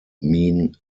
mean